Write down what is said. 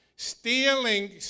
stealing